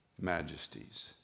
majesties